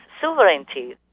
sovereignty